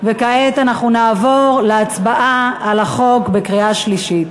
וכעת אנחנו נעבור להצבעה על החוק בקריאה שלישית.